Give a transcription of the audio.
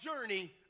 journey